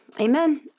Amen